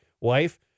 wife